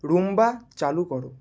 Roomba চালু করো